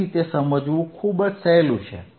તેથી તે સમજવું ખૂબ જ સહેલું છે